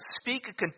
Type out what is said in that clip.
speak